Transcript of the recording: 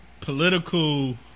political